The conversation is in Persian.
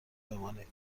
بمانید